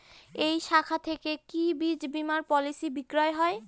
এই শাখা থেকে কি জীবন বীমার পলিসি বিক্রয় হয়?